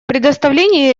предоставление